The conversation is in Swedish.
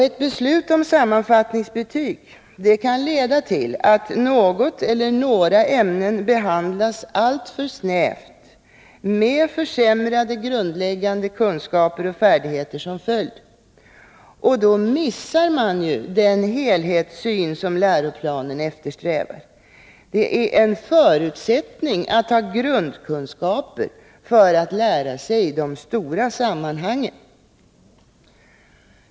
Ett beslut om sammanfattningsbetyg kan leda till att något eller några ämnen behandlas alltför snävt med försämrade grundläggande kunskaper och färdigheter som följd. Då missar man ju den helhetssyn som läroplanen eftersträvar. Att ha grundkunskaper är en förutsättning för att man skall kunna lära sig de stora sammanhangen.